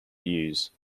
use